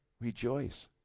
rejoice